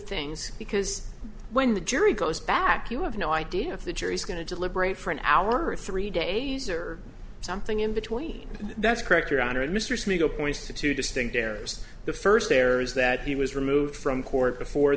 things because when the jury goes back you have no idea if the jury's going to deliberate for an hour or three days or something in between that's correct your honor and mr smeaton points to two distinct errors the first error is that he was removed from court before